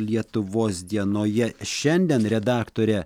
lietuvos dienoje šiandien redaktorė